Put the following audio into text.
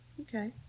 okay